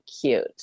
cute